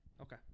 Okay